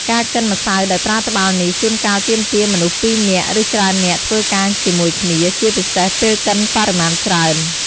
ការកិនម្សៅដោយប្រើត្បាល់នេះ ជួនកាលទាមទារមនុស្សពីរនាក់ ឬច្រើននាក់ធ្វើការជាមួយគ្នា ជាពិសេសពេលកិនបរិមាណច្រើន។